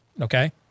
okay